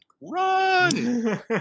Run